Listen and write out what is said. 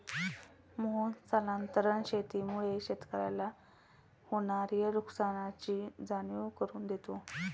मोहन स्थानांतरण शेतीमुळे शेतकऱ्याला होणार्या नुकसानीची जाणीव करून देतो